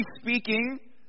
speaking